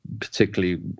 particularly